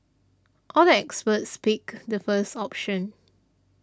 all the experts picked the first option